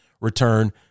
return